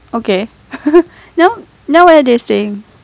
okay now now where are they staying